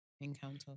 encounter